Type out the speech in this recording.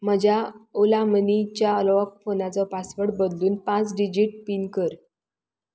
म्हज्या ओला मनीच्या लॉक फोनाचो पासवर्ड बदलून पांच डिजीट पीन कर